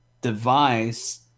device